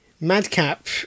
Madcap